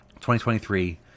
2023